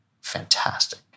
fantastic